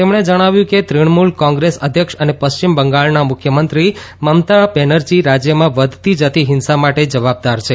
તેમણે જણાવ્યું કે તૃણમૂલ કોંગ્રેસ અધ્યક્ષ અને પશ્ચિમ બંગાળના મુખ્યમંત્રી મમતા બેનરજી રાજ્યમાં વધતી જતી હિંસા માટે જવાબદાર છે